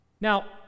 Now